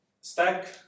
Stack